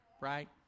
right